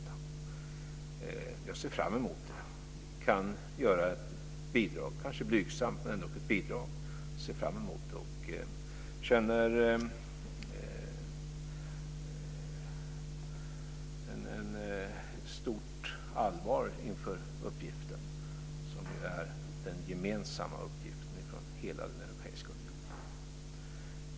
Jag ser fram emot det. Jag kan bidra, kanske blygsamt, men det är ändå ett bidrag. Jag ser fram emot det och känner ett stort allvar inför uppgiften, som ju är den gemensamma uppgiften för hela den europeiska unionen.